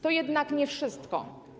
To jednak nie wszystko.